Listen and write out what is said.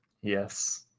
yes